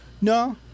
No